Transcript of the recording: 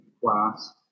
class